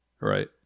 Right